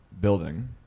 building